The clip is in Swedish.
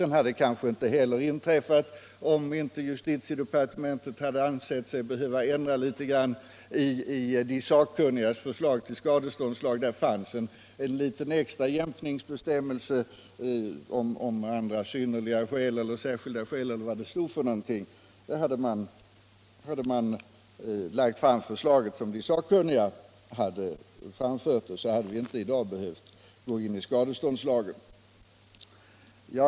Den hade kanske inte heller inträffat om inte justitiedepartementet ansett sig böra ändra litet i de sakkunnigas förslag till skadeståndslag. Hade man lagt fram förslaget från de sakkunniga, hade vi i dag inte behövt gå in i skadeståndslagen.